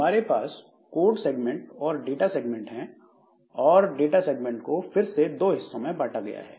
हमारे पास code segment और डाटा सेगमेंट हैं और डाटा सेगमेंट को फिर से दो हिस्सों में बांटा गया है